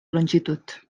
longitud